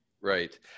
Right